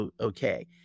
okay